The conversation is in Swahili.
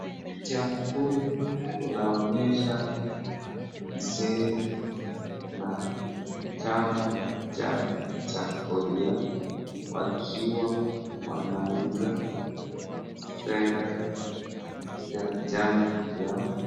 Picha huu unaonyesha Mzee na chama chake Cha ODM wakiwa wanauza sera Cha chama Yao.